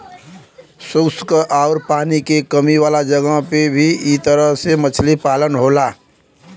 शुष्क आउर पानी के कमी वाला जगह पे भी इ तरह से मछली पालन होला